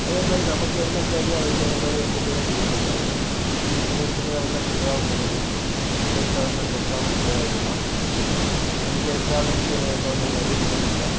அதேமாதிரி நமக்கு என்ன தேவையோ அதுக்கு தகுந்தமாரி வந்து டெய்லர்கிட்ட கொடுத்தம்னாக்க நமக்கு சின்னதாக வேணும்னா சின்னதாகவும் பண்ணிக்கலாம் பெருசாக வேணும்னா பெருசாகவும் போட்டுக்கலாம் நமக்கு ஏற்றாலே இங்கே தகுந்தமாரி சைஸ்ல